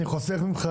אני חוסך ממך.